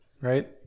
right